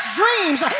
dreams